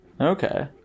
Okay